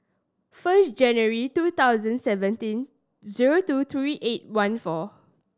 first January two thousand seventeen zero two three eight one four